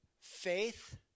Faith